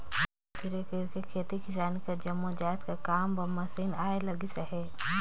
धीरे धीरे कइरके खेती किसानी के जम्मो जाएत कर काम बर मसीन आए लगिस अहे